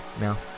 now